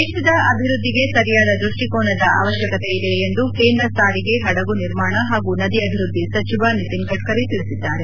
ದೇಶ ಅಭಿವೃದ್ಧಿಗೆ ಸರಿಯಾದ ದೃಷ್ಟಿಕೋನದ ಅವಶ್ಯಕತೆ ಇದೆ ಎಂದು ಕೇಂದ್ರ ಸಾರಿಗೆ ಹಡಗು ನಿರ್ಮಾಣ ಹಾಗೂ ನದಿ ಅಭಿವೃದ್ಧಿ ಸಚಿವ ನಿತಿನ್ ಗಡ್ಕರಿ ತಿಳಿಸಿದ್ದಾರೆ